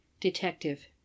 detective